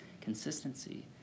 consistency